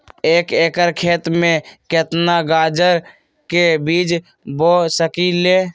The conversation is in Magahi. एक एकर खेत में केतना गाजर के बीज बो सकीं ले?